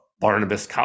barnabas